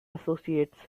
associates